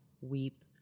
weep